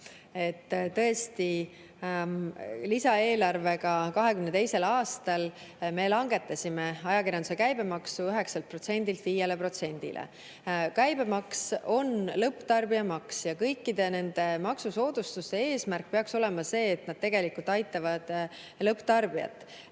Tõesti, lisaeelarvega 2022. aastal me langetasime ajakirjanduse käibemaksu 9%‑lt 5%‑le. Käibemaks on lõpptarbija maks ja kõikide nende maksusoodustuste eesmärk peaks olema see, et need tegelikult aitavad lõpptarbijat.